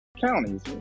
Counties